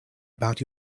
about